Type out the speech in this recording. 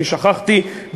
אני שכחתי,